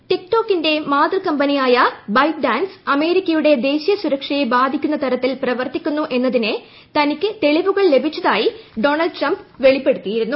tick ടോക്കിന്റെ മാതൃ കമ്പനിയായ ബൈറ്റ് ഡാൻസ് അമേരിക്കയുടെ ദേശീയ സ്പൂരക്ഷയെ ബാധിക്കുന്ന തരത്തിൽ പ്രവർത്തിക്കുന്നു എന്നതിന്റ് ് തനിക്ക് തെളിവുകൾ ലഭിച്ചതായി ഡൊണാൾഡ് ട്രംപ് ഉവളിപ്പെടുത്തിയിരുന്നു